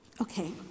Okay